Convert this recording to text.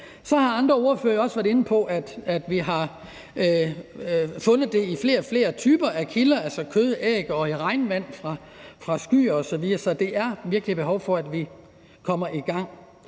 inde på, at vi har fundet det i flere og flere typer af kilder, altså kød, æg og regnvand fra skyer osv. Så der er virkelig behov for, at vi kommer i gang.